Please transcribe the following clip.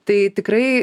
tai tikrai